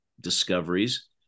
discoveries